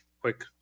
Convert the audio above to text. quick